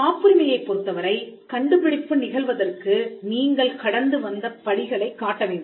காப்புரிமையைப் பொறுத்தவரை கண்டுபிடிப்பு நிகழ்வதற்கு நீங்கள் கடந்துவந்த படிகளைக் காட்டவேண்டும்